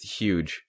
huge